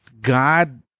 God